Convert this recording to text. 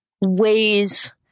ways